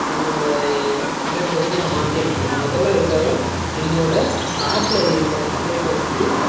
என்னுடைய அமைப்பை வந்து நான் மாற்றி அமைக்கணும் முதல்ல அதுக்காக என்னோட ஆப்பில் இருக்கிற அமைப்பை வந்து